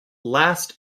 last